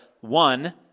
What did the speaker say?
one